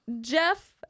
Jeff